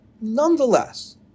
Nonetheless